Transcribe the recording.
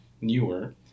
newer